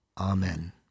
amen